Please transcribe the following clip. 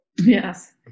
Yes